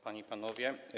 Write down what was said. Panie i Panowie!